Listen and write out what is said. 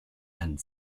and